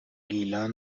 گیلان